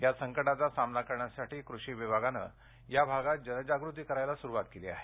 या संकटाचा सामना करण्यासाठी कृषी विभागानं या भागात जनजागृती करण्यास सुरूवात केली आहे